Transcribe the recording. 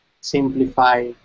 simplify